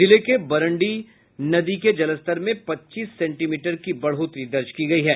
जिले के बरनडी नदी के जलस्तर में पच्चीस सेंटी मीटर की बढ़ोतरी दर्ज की गयी है